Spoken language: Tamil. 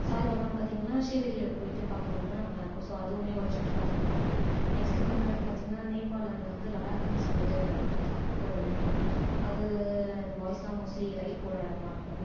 சாய் பாபான்னு பார்த்திங்கன்னா சீரடில போய்விட்டு பார்க்குறது தான் நல்லாருக்கும் ஸோ அதுவுமே ஒரு சுற்றுலா தளமாகருக்கு நெக்ஸ்ட் வந்து பார்த்திங்கன்னா நேபாளமில வந்து லடாக்குன்னு சொல்லிவிட்டு ஒரு இருக்கு ஒரு இடம் அது பாய்ஸ்லாம் மோஸ்டலி ரைடு போகற இடமாருக்கும்